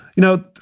you know,